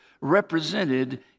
represented